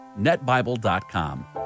netbible.com